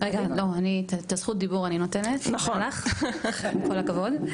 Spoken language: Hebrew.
את זכות הדיבור אני נותנת, עם כל הכבוד.